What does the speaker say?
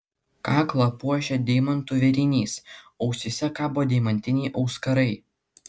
kaklą puošia deimantų vėrinys ausyse kabo deimantiniai auskarai